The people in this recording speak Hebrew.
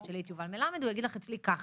תשאלי את יובל מלמד, הוא יגיד לך אצלי כך.